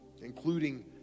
including